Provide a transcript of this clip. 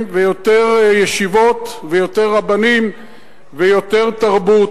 ויותר ישיבות ויותר רבנים ויותר תרבות.